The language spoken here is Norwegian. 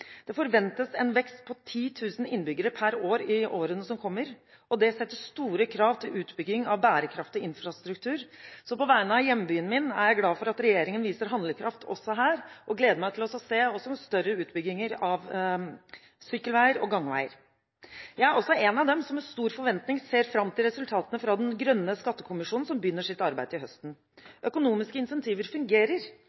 Det forventes en vekst på 10 000 innbyggere per år i årene som kommer, og det stiller store krav til utbygging av bærekraftig infrastruktur, så på vegne av hjembyen min er jeg glad for at regjeringen viser handlekraft også her, og jeg gleder meg til å se også mer utbygging av sykkelveier og gangveier. Jeg er også en av dem som med stor forventning ser fram til resultatene fra Grønn skattekommisjon, som begynner sitt arbeid til høsten.